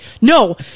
no